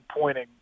pointing